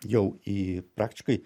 jau į praktiškai